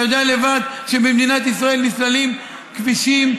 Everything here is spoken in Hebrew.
אתה יודע לבד שבמדינת ישראל נסללים כבישים,